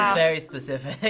um very specific.